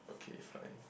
okay fine